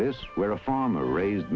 this where a farmer raised